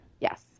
Yes